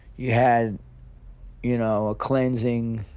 you had you know a cleansing